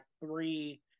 three